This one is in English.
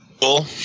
cool